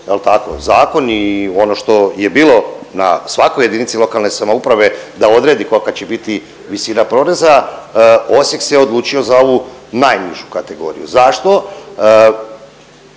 zakon i ono što je bilo na svakoj jedinici lokalne samouprave da odredi kolka će biti visina poreza, Osijek se odlučio za ovu najnižu kategoriju. Zašto?